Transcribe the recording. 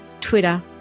Twitter